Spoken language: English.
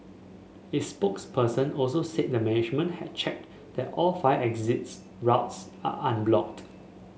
its spokesperson also said the management had checked that all fire exits routes are unblocked